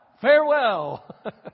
farewell